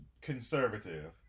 conservative